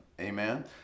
amen